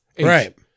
Right